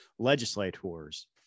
legislators